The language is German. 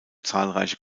zahlreiche